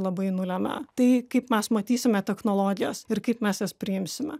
labai nulemia tai kaip mes matysime technologijas ir kaip mes jas priimsime